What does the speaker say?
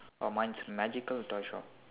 oh mine is magical toy shop